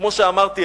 כמו שאמרתי,